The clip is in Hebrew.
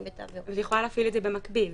לפי העניין," כל זה זה העניין